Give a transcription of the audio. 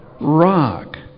Rock